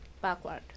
backward